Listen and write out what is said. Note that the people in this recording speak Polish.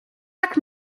tak